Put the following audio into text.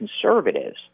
conservatives